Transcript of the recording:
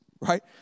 right